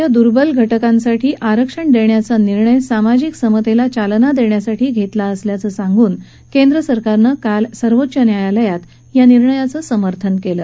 आर्थिक दूर्बल घटकांसाठी आरक्षण देण्याचा निर्णय सामाजिक समतेला चालना देण्यासाठी घेतला असल्याचं सांगुन केंद्र सरकारन काल सर्वोच्च न्यायालयात या निर्णयाचं समर्थन केलं